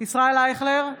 ישראל אייכלר,